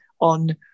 on